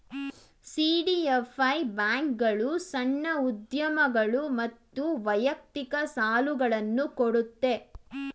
CDFI ಬ್ಯಾಂಕ್ಗಳು ಸಣ್ಣ ಉದ್ಯಮಗಳು ಮತ್ತು ವೈಯಕ್ತಿಕ ಸಾಲುಗಳನ್ನು ಕೊಡುತ್ತೆ